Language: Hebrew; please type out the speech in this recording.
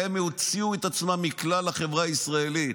הם הוציאו את עצמם מכלל החברה הישראלית.